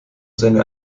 seine